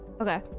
Okay